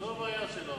זו הבעיה בו.